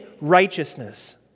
righteousness